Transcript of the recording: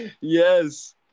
Yes